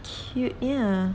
cute nya